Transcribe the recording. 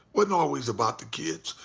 wasn't always about the kids,